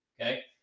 Okay